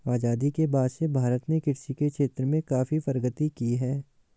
आजादी के बाद से भारत ने कृषि के क्षेत्र में काफी प्रगति की है